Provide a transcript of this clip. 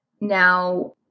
Now